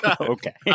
Okay